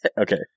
Okay